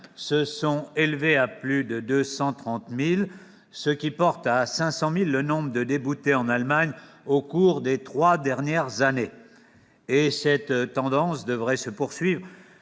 s'est élevé à plus de 230 000, ce qui porte à 500 000 le nombre de déboutés en Allemagne au cours des trois dernières années. Or cette tendance devrait se poursuivre